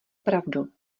pravdu